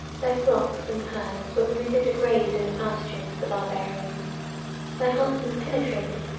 their flocks and herds were permitted to graze in the pastures of the barbarians their huntsmen penetrated,